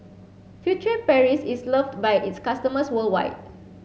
Furtere Paris is loved by its customers worldwide